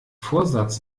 vorsatz